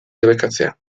debekatzea